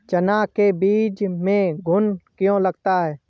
चना के बीज में घुन क्यो लगता है?